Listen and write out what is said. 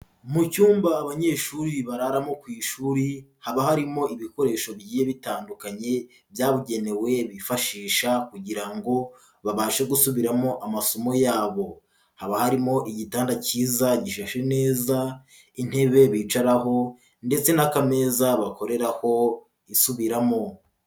Mu cyumba abanyeshuri bararamo ku ishuri haba harimo ibikoresho bigiye bitandukanye byabugenewe bifashisha kugira ngo babashe gusubiramo amasomo yabo, haba harimo igitanda cyiza gishashe neza, intebe bicaraho ndetse n'akameza bakoreraho isubiramo.